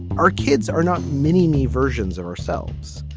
our kids are not mini me versions of ourselves.